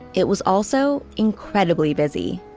it was also incredibly busy.